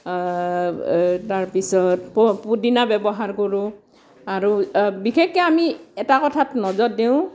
তাৰপিছত প পদিনা ব্যৱহাৰ কৰোঁ আৰু বিশেষকৈ আমি এটা কথাত নজৰ দিওঁ